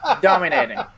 Dominating